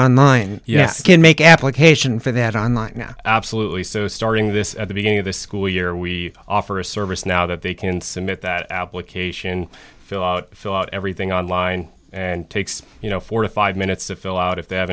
on line yes can make application for that on line now absolutely so starting this at the beginning of the school year we offer a service now that they can submit that application fill out fought everything online and takes you know forty five minutes to fill out if they have